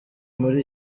muri